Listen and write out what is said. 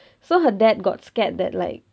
so her dad got scared that like